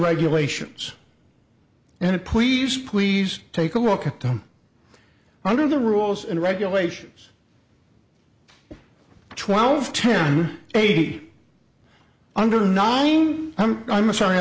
regulations and it please please take a look at them under the rules and regulations for twelve ten eight under noname i'm sorry